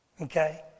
Okay